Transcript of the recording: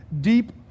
Deep